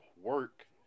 work